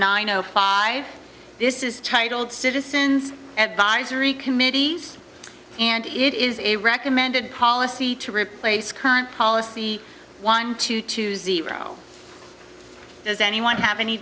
nine o five this is titled citizens advisory committees and it is a recommended policy to replace current policy one to two zero does anyone have any